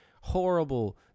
horrible